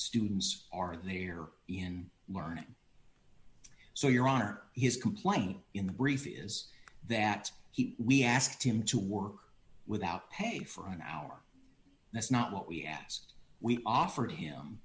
students are they are in learning so your honor his complaint in the brief is that he we asked him to work without pay for an hour that's not what we asked we offered him